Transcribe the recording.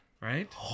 right